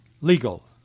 legal